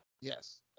Yes